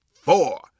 four